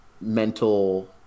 mental